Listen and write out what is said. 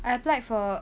I applied for